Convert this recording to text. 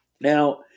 Now